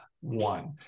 one